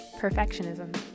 perfectionism